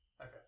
Okay